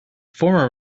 former